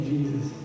Jesus